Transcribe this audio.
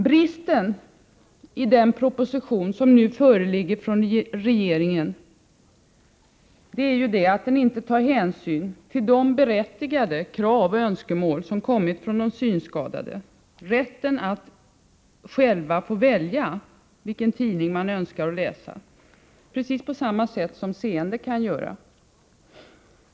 Bristen i den proposition som nu föreligger från regeringen är att den inte tar hänsyn till de berättigade krav och önskemål som kommit från de synskadade om att de, på samma sätt som seende, skall ha rätt att själva välja vilken tidning de önskar läsa.